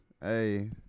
Hey